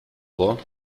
vor